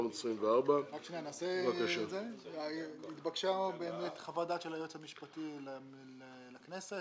425. נתבקשה חוות דעת של היועץ המשפטי לכנסת.